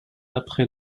après